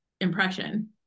impression